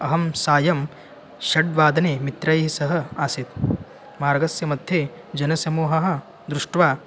अहं सायं षड्वादने मित्रैः सह आसीत् मार्गस्य मध्ये जनसमूहः दृष्ट्वा